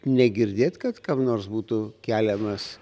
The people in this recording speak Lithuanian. negirdėt kad kam nors būtų keliamas